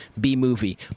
B-movie